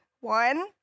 one